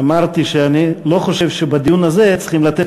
אמרתי שאני לא חושב שבדיון הזה צריך לתת